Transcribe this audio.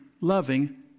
loving